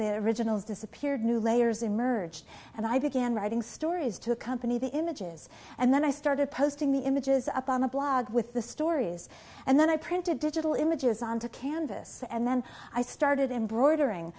their originals disappeared new layers emerged and i began writing stories to accompany the images and then i started posting the images up on the blog with the stories and then i printed digital images on to canvas and then i started embroidering